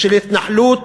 של התנחלות,